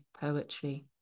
poetry